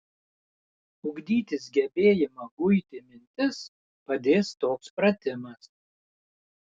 ugdytis gebėjimą guiti mintis padės toks pratimas